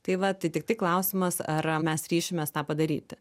tai va tai tiktai klausimas ar mes ryšimės tą padaryti